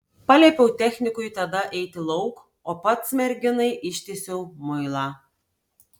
paliepiau technikui tada eiti lauk o pats merginai ištiesiau muilą